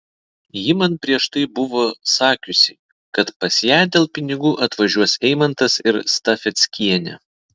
ji man prieš tai buvo sakiusi kad pas ją dėl pinigų atvažiuos eimantas ir stafeckienė